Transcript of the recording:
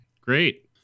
great